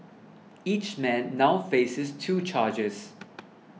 each man now faces two charges